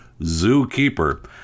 zookeeper